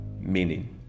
meaning